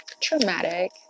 traumatic